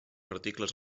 articles